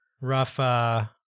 Rafa